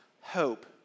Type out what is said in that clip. hope